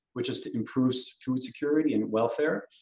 which is to improve food security and welfare.